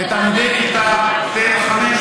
עשיתי את זה פעמיים,